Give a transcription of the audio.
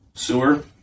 Sewer